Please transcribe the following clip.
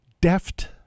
deft